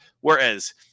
Whereas